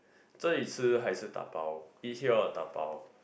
这里吃还是 dabao eat here or dabao